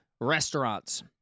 restaurants